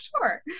sure